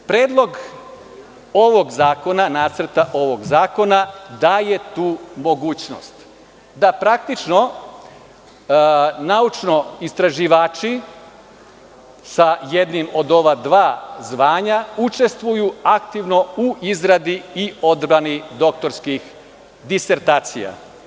Predlog nacrta ovog zakona daje tu mogućnost, da praktično naučno-istraživači, sa jednim od ova dva zvanja, učestvuju aktivno u izradi i odbrani doktorskih disertacija.